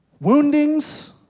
woundings